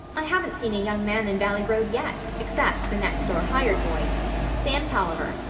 i haven't seen a young man in valley road yet, except the next-door hired boy sam toliver,